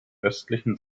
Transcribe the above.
östlichen